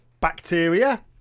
bacteria